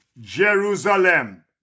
Jerusalem